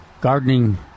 gardening